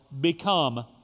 become